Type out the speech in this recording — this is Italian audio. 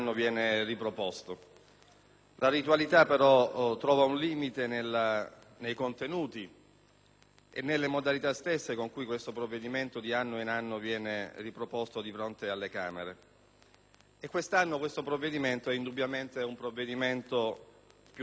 La ritualità, però, trova un limite nei contenuti e nelle modalità stesse con cui questo provvedimento di anno in anno viene riproposto di fronte alle Camere. Quest'anno esso è indubbiamente più denso che mai